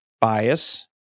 bias